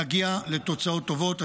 נגיע לתוצאות טובות.